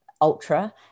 ultra